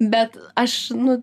bet aš nu